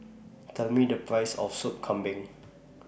Tell Me The Price of Sop Kambing